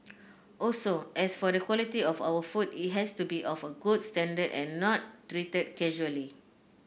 also as for the quality of our food it has to be of a good standard and not treated casually